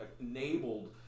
enabled